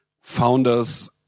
founders